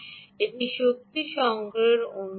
এটি শক্তি সংগ্রহের অন্য রূপ